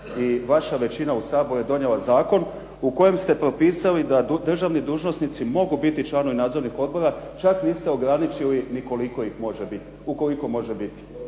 i vaša većina u Saboru je donijela zakon u kojem ste propisali da državni dužnosnici mogu biti članovi nadzornih odbora. Čak niste ograničili ni koliko ih može biti, u koliko može biti.